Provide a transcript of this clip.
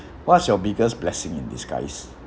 what's your biggest blessing in disguise